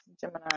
Gemini